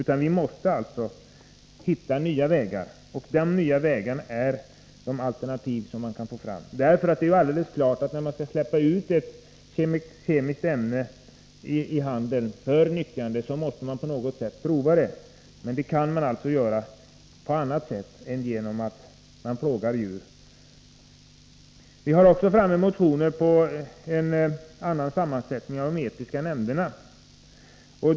Man måste hitta nya vägar. Dessa nya vägar är de alternativ som man kan få fram. Det är helt klart att när man skall släppa ut ett kemiskt ämne i handeln för nyttjande, så måste detta medel på något sätt ha prövats. Men det kan ske på annat sätt än genom att plåga djur. Det finns också motioner om en annan sammansättning av de etiska nämnderna.